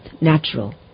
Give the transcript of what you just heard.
natural